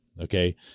okay